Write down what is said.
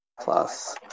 plus